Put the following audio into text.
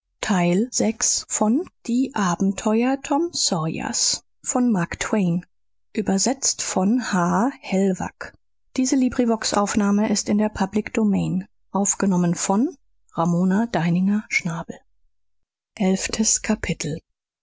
die abenteuer tom sawyers